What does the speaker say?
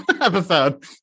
episode